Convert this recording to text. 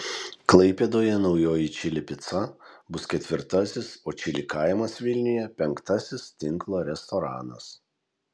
klaipėdoje naujoji čili pica bus ketvirtasis o čili kaimas vilniuje penktasis tinklo restoranas